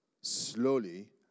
slowly